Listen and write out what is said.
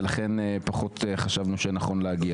ולכן פחות חשבנו שנכון להגיע.